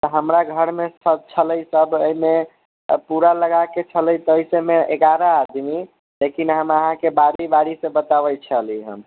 तऽ हमराघरमे सब छलए सब अहिमे पूरा लगाएके छलए तऽ इसमे एग्यारह आदमी लेकिन हम अहाँके बारि बारि से बताबैत चलि हम